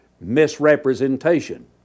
misrepresentation